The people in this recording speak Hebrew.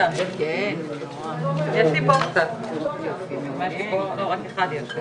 הישיבה ננעלה